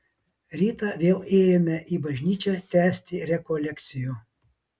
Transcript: rytą vėl ėjome į bažnyčią tęsti rekolekcijų